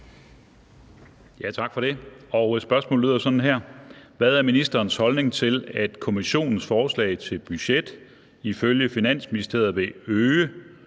Tak for det. Spørgsmålet lyder sådan: Hvad er ministerens holdning til, at Kommissionens forslag til budget ifølge Finansministeriet vil øge